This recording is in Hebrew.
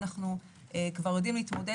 אנחנו כבר יודעים להתמודד